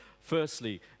Firstly